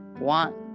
want